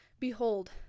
Behold